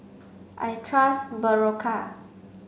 I trust Berocca